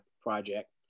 project